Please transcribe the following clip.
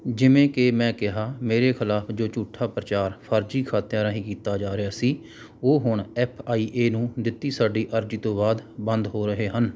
ਜਿਵੇਂ ਕਿ ਮੈਂ ਕਿਹਾ ਮੇਰੇ ਖ਼ਿਲਾਫ਼ ਜੋ ਝੂਠਾ ਪ੍ਰਚਾਰ ਫਰਜ਼ੀ ਖਾਤਿਆਂ ਰਾਹੀਂ ਕੀਤਾ ਜਾ ਰਿਹਾ ਸੀ ਉਹ ਹੁਣ ਐੱਫ ਆਈ ਏ ਨੂੰ ਦਿੱਤੀ ਸਾਡੀ ਅਰਜ਼ੀ ਤੋਂ ਬਾਅਦ ਬੰਦ ਹੋ ਰਹੇ ਹਨ